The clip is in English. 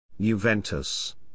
Juventus